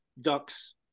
ducks